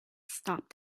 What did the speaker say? stopped